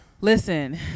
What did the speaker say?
Listen